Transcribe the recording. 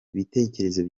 ibitekerezo